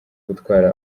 gutwara